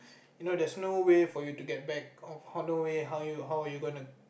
you know there's no way for you to get back how you how are you gonna